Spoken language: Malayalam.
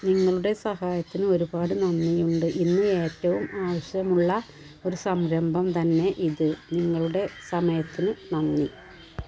നിങ്ങളുടെ സഹായത്തിന് ഒരുപാട് നന്ദിയുണ്ട് ഇന്ന് ഏറ്റവും ആവശ്യമുള്ള ഒരു സംരംഭം തന്നെ ഇത് നിങ്ങളുടെ സമയത്തിന് നന്ദി